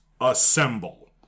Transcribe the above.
assemble